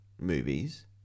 movies